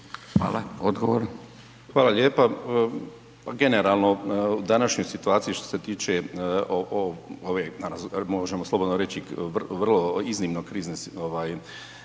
Zdravko** Hvala lijepa. Pa generalno današnja situacija što se tiče ove možemo slobodno reći vrlo iznimno kriznih